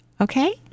Okay